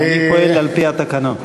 אני פועל על-פי התקנון.